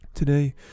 today